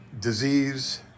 disease